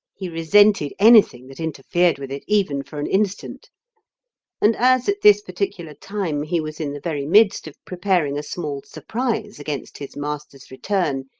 he resented anything that interfered with it even for an instant and as at this particular time he was in the very midst of preparing a small surprise against his master's return,